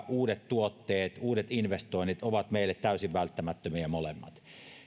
uudet tuotteet uudet investoinnit ovat meille täysin välttämättömiä molemmat